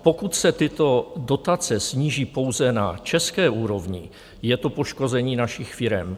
Pokud se tyto dotace sníží pouze na české úrovni, je to poškození našich firem.